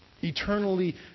eternally